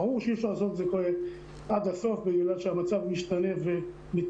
ברור שאי אפשר לעשות את זה עד הסוף בגלל שהמצב משתנה ומתפתח,